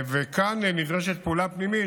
כאן נדרשת פעולה פנימית,